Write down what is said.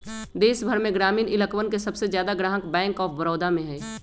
देश भर में ग्रामीण इलकवन के सबसे ज्यादा ग्राहक बैंक आफ बडौदा में हई